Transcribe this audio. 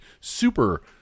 Super